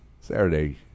Saturday